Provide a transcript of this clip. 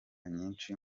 nyinshi